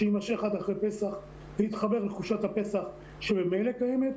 שיימשך עד אחרי פסח והתחבר לחופשת הפסח שממילא קיימת.